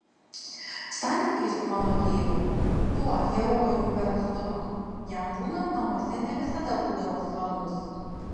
santykiai su mano tėvu tuo herojumi per atstumą jam būnant namuose ne visada būdavo sklandūs